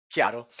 Chiaro